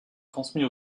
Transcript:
transmis